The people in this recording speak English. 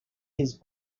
his